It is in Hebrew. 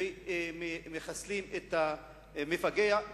ומחסלים את המפגע,